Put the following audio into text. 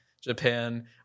Japan